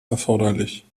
erforderlich